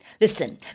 listen